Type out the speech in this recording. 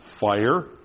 fire